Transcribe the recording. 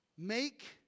Make